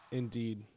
indeed